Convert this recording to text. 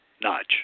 notch